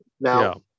now